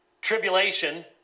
tribulation